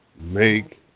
Make